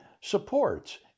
supports